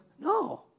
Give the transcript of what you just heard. no